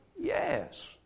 Yes